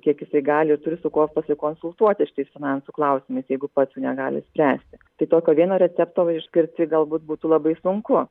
kiek jisai gali ir turi su kuo pasikonsultuoti šitais finansų klausimais jeigu pats jų negali išspręsti tai tokio vieno recepto va išgirsti galbūt būtų labai sunku